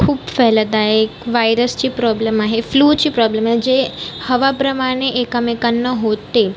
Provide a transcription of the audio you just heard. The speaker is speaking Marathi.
खूप फैलत आहे वायरसची प्रॉब्लम आहे फ्लूची प्रॉब्लम आहे जे हवाप्रमाणे एकामेकांना होते